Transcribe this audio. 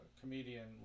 Comedian